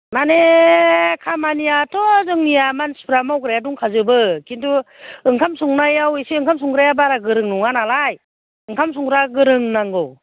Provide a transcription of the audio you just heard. माने खामानियाथ' जोंनिया मानसिफ्रा मावग्राया दंखाजोबो खिन्थु ओंखाम संनायाव एसे ओंखाम संग्राया बारा गोरों नङानालाय ओंखाम संग्रा गोरों नांगौ